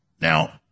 Now